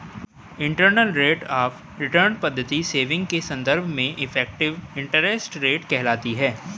internal rate of return पद्धति saving के संदर्भ में इफेक्टिव इंटरेस्ट रेट कहलाती है